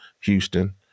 Houston